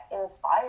inspired